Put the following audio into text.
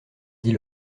dit